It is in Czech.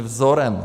Vzorem!